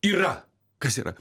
yra kas yra